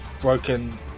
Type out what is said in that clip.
broken